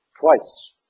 twice